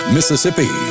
Mississippi